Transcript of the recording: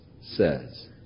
says